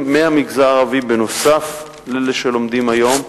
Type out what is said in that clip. מהמגזר הערבי נוסף על אלה שלומדים היום.